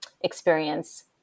experience